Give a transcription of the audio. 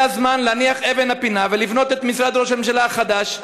זה הזמן להניח אבן פינה ולבנות את משרד ראש הממשלה החדש,